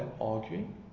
arguing